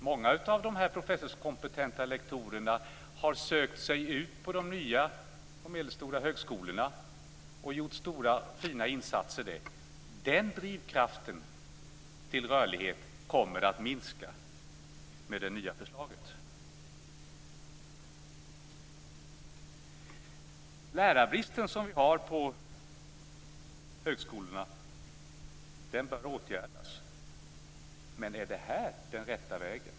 Många av de professorskompetenta lektorerna har sökt sig ut på de nya och medelstora högskolorna och gjort stora och fina insatser där. Den drivkraften till rörlighet kommer att minska med det nya förslaget. Högskolornas lärarbrist bör åtgärdas. Men är det här den rätta vägen?